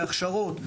בהכשרות,